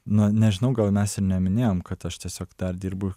na nežinau gal mes ir neminėjom kad aš tiesiog dar dirbu